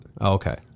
Okay